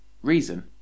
Reason